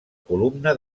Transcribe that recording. columna